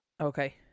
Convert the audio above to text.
Okay